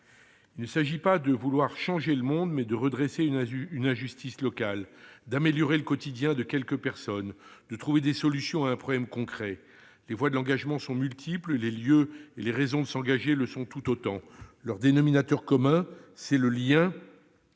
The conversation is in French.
Il s'agit non pas de changer le monde, mais de redresser une injustice locale, d'améliorer le quotidien de quelques personnes, de trouver des solutions à un problème concret. Les voies de l'engagement sont multiples, les lieux et les raisons de s'engager le sont tout autant. Leur dénominateur commun, c'est le lien